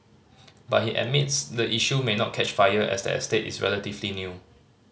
but he admits the issue may not catch fire as the estate is relatively new